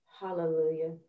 Hallelujah